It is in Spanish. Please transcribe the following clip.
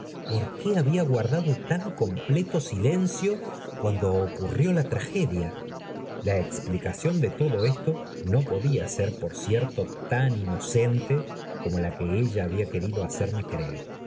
por qué había guardado tan completo silencio cuando ocurrió la tragedia la explicación de todo esto no podía ser por cierto tan inocente como la que ella había querido hacerme creer